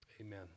Amen